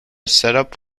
setup